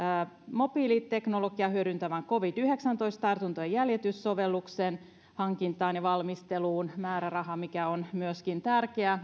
mobiiliteknologiaa hyödyntävän covid yhdeksäntoista tartuntojen jäljityssovelluksen hankintaan ja valmisteluun määräraha mikä myöskin on tärkeää